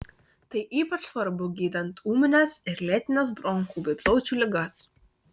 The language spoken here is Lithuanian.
tai ypač svarbu gydant ūmines ir lėtines bronchų bei plaučių ligas